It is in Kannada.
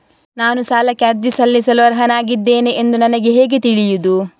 ನಾನು ಸಾಲಕ್ಕೆ ಅರ್ಜಿ ಸಲ್ಲಿಸಲು ಅರ್ಹನಾಗಿದ್ದೇನೆ ಎಂದು ನನಗೆ ಹೇಗೆ ತಿಳಿಯುದು?